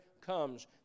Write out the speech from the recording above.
comes